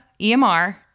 EMR